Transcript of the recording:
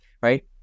right